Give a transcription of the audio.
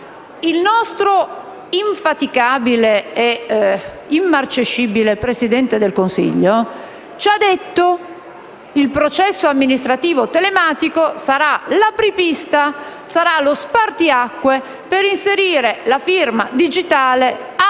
Il nostro infaticabile e immarcescibile Presidente del Consiglio ha detto che il processo amministrativo telematico sarà l'apripista e lo spartiacque per inserire la firma digitale